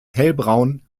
hellbraun